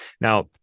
Now